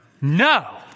No